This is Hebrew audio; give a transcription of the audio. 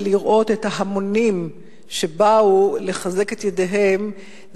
ולראות את ההמונים שבאו לחזק את ידיהם,